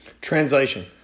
Translation